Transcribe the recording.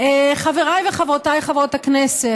חבריי וחברותיי חברות הכנסת,